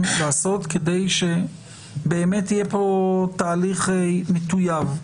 לעשות כדי שבאמת יהיה כאן תהליך מטוייב.